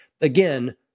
again